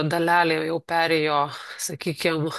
dalelė jau perėjo sakykim